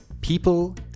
people